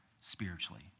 spiritually